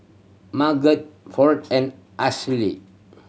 Margot Fount and Ashli